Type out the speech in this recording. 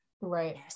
right